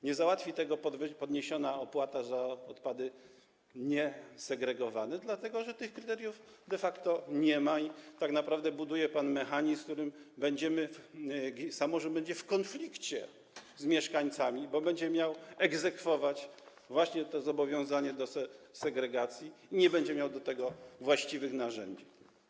Nie załatwi tego podniesiona opłata za odpady niesegregowane, dlatego że tych kryteriów de facto nie ma i tak naprawdę buduje pan mechanizm, w którym będziemy, samorząd będzie w konflikcie z mieszkańcami, bo będzie miał egzekwować właśnie to zobowiązanie do segregacji i nie będzie miał do tego właściwych narzędzi.